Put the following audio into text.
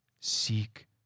Seek